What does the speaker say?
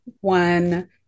one